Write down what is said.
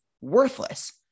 worthless